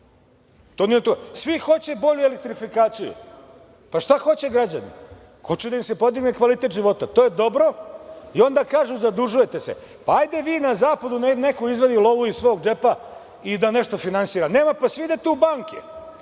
svi hoće bolju elektrifikaciju. Pa, šta hoće građani? Hoće da im se podigne kvalitet života. To je dobro i onda kažu - zadužujete se. Pa ajde vi na zapadu, nek neko izvadi lovu iz svog džepa i da nešto finansira, nema, pa svi idete u banke,